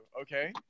okay